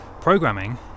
Programming